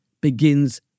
begins